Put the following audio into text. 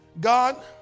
God